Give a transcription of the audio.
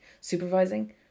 supervising